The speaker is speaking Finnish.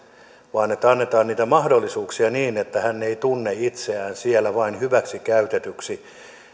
annetaan niitä mahdollisuuksia niin että hän ei tunne itseään siellä vain hyväksikäytetyksi